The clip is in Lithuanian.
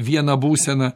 vieną būseną